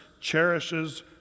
cherishes